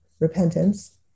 repentance